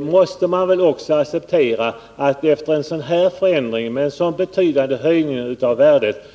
måste man väl också acceptera att nu göra en justering efter en förändring som föranlett en så betydande höjning av värdet.